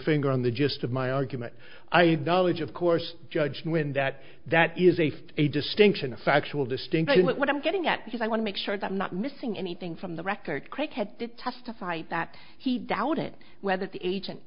finger on the gist of my argument i have knowledge of course judge when that that is a phd a distinction a factual distinction that what i'm getting at because i want to make sure that i'm not missing anything from the record craig had to testify that he doubted whether the agent